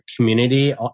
community